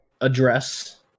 address